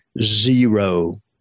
zero